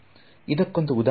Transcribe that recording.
ಇದಕ್ಕೊಂದು ಉದಾಹರಣೆ ಹೇಳಿ ನೋಡೋಣ